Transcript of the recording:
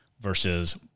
versus